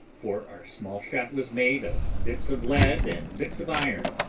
for our small shot was made of bits of lead and bits of iron,